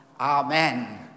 Amen